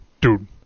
Dude